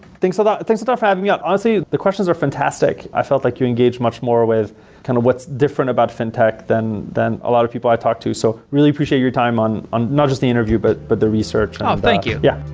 thanks a lot. thanks a lot for having me. honestly, the questions are fantastic. i felt like you engaged much more with kind of what's different about fintech than than a lot of people i talk to. i so really appreciate your time on on not just the interview, but but the research. thank you. yeah.